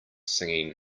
singing